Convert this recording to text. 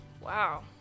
wow